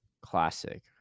Classic